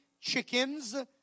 chickens